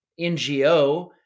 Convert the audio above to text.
NGO